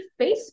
Facebook